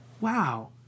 wow